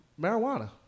Marijuana